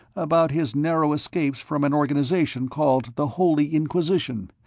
about his narrow escapes from an organization called the holy inquisition,